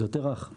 זה יותר רך.